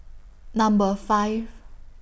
Number five